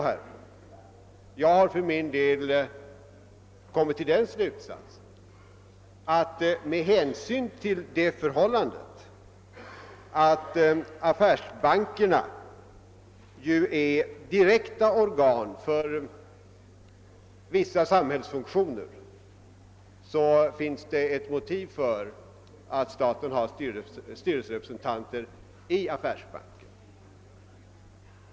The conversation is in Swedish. Den slutsats som jag själv har kommit fram till är att eftersom affärsbankerna är direkta organ för vissa samhällsfunktioner finns det ett motiv för att staten har styrelserepresentanter i affärsbankerna.